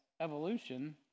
evolution